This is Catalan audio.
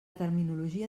terminologia